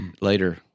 later